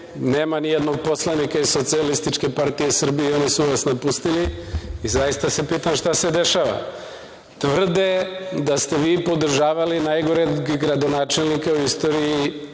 Nema nijednog poslanika iz SPS i oni su vas napustili. Zaista se pitam šta se dešava. Tvrde da ste vi podržavali najgoreg gradonačelnika u istoriji